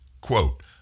quote